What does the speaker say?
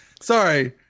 sorry